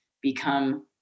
become